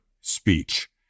speech